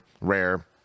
rare